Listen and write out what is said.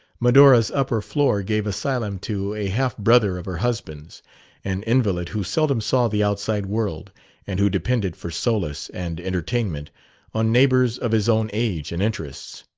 medora's upper floor gave asylum to a half-brother of her husband's an invalid who seldom saw the outside world and who depended for solace and entertainment on neighbors of his own age and interests.